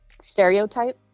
stereotype